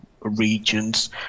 regions